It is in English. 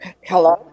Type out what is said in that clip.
Hello